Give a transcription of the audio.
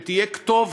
שתהיה כתובת.